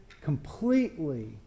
completely